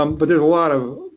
um but there's a lot of